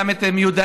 וגם את מיודענו,